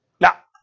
Now